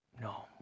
no